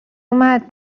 اومد